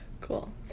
cool